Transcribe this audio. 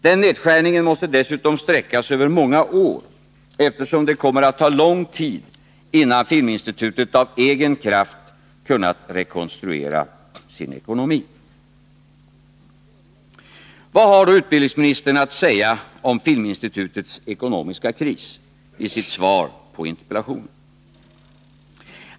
Den nedskärningen måste dessutom sträckas över många år, eftersom det kommer att ta lång tid innan Filminstitutet av egen kraft kunnat rekonstruera sin ekonomi. Vad har då utbildningsministern att säga om Filminstitutets ekonomiska kris i sitt svar på interpellationen?